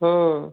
ಹ್ಞೂ